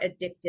addictive